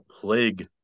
plague